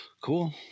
Cool